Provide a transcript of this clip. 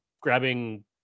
grabbing